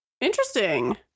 Interesting